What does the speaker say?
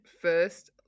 first